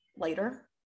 later